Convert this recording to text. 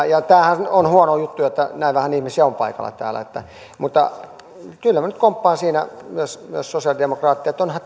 ja tämähän on huono juttu että näin vähän ihmisiä on paikalla täällä mutta kyllä minä nyt komppaan siinä myös sosialidemokraatteja että onhan